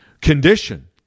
condition